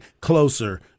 closer